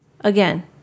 again